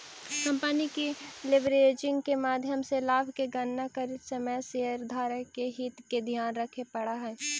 company के leveraging के माध्यम से लाभ के गणना करित समय शेयरधारक के हित के ध्यान रखे पड़ऽ हई